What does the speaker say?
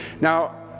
Now